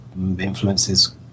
influences